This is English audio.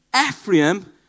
Ephraim